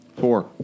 Four